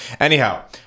Anyhow